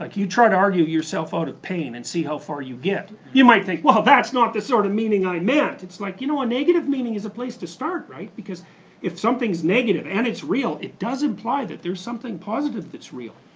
like you try to argue yourself out of pain and see how far you get. you might think, well that's not the sort of meaning i meant. well like you know, a negative meaning is a place to start right? because if something's negative and it's real, it does imply that there's something positive that's real.